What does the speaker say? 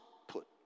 output